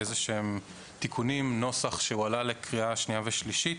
תיקונים ונוסח שהועלה לקריאה שנייה ושלישית,